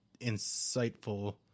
insightful